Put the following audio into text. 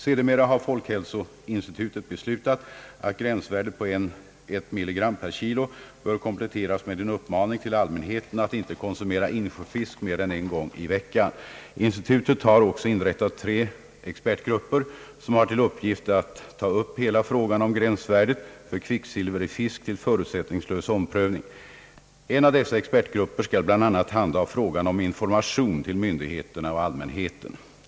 Sedermera har folkhälsoinstitutet beslutat, att gränsvärdet på 1 mg per kg bör kompletteras med en uppmaning till allmänheten att inte konsumera insjöfisk mer än en gång i veckan. Institutet har också inrättat tre expertgrupper som har till uppgift att ta upp hela frågan om gränsvärdet för kvicksilver i fisk till förutsättningslös omprövning. En av dessa expertgrupper skall bl.a. handha frågan om informationen till myndigheter och allmänhet.